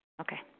Okay